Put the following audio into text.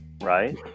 Right